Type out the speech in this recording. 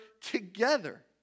together